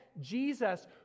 Jesus